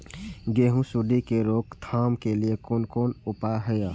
गेहूँ सुंडी के रोकथाम के लिये कोन कोन उपाय हय?